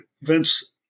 events